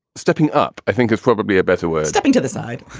stepping up, i think is probably a better word. stepping to the side,